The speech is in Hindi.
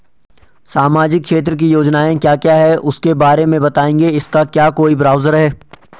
सामाजिक क्षेत्र की योजनाएँ क्या क्या हैं उसके बारे में बताएँगे इसका क्या कोई ब्राउज़र है?